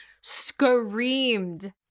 screamed